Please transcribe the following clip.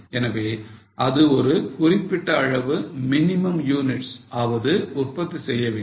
எனவே அது ஒரு குறிப்பிட்ட அளவு minimum units ஆவது உற்பத்தி செய்ய வேண்டும்